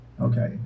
Okay